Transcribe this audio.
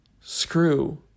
Screw